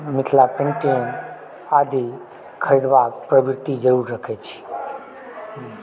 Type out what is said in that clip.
Mithila painting आदि खरीदबाक वृति जरुर रखै छी